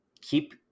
keep